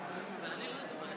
לצאת.